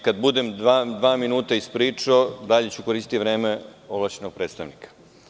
Kada budem dva minuta ispričao, dalje ću koristiti vreme ovlašćenog predstavnika.